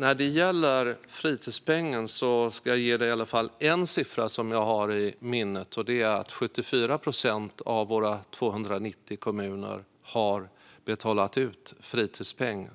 När det gäller fritidspengen ska jag ge Vasiliki Tsouplaki åtminstone en siffra som jag har i minnet, nämligen att 74 procent av våra 290 kommuner har betalat ut fritidspengen